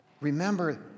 remember